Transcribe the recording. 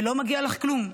ולא מגיע לך כלום,